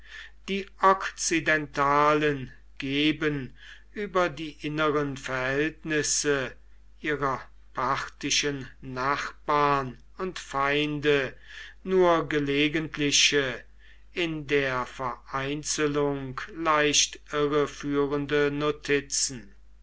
die okzidentalen geben über die inneren verhältnisse ihrer parthischen nachbarn und feinde nur gelegentliche in der vereinzelung leicht irreführende notizen